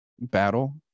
battle